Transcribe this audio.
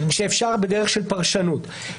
שאפשר בדרך של פרשנות.